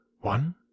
one